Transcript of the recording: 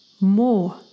more